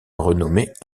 renommée